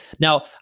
now